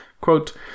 quote